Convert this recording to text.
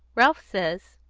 ralph says,